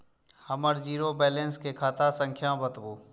हमर zero balance के खाता संख्या बतबु?